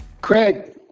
craig